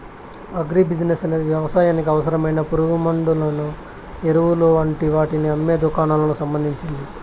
agri business అనేది వ్యవసాయానికి అవసరమైన పురుగుమండులను, ఎరువులు వంటి వాటిని అమ్మే దుకాణాలకు సంబంధించింది